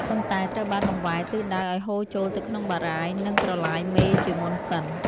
ប៉ុន្តែត្រូវបានបង្វែរទិសដៅឱ្យហូរចូលទៅក្នុងបារាយណ៍ និងប្រឡាយមេជាមុនសិន។